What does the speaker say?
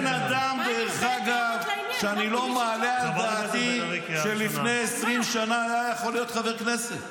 הבן אדם בעצם למד מקצוע בצה"ל.